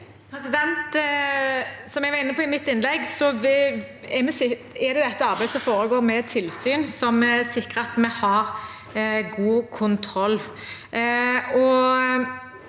Som jeg var inne på i mitt innlegg, er det arbeidet som foregår med tilsyn, som sikrer at vi har god kontroll.